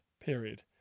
period